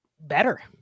better